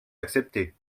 accepté